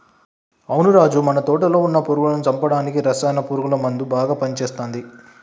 అవును రాజు మన తోటలో వున్న పురుగులను చంపడానికి రసాయన పురుగుల మందు బాగా పని చేస్తది